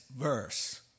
verse